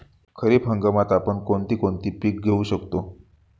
खरीप हंगामात आपण कोणती कोणती पीक घेऊ शकतो?